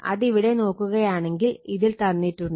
അതിവിടെ നോക്കുകയാണെങ്കിൽ ഇതിൽ തന്നിട്ടുണ്ട്